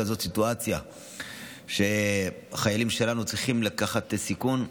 סיטואציה שחיילים שלנו צריכים לקחת סיכון.